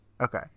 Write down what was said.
Okay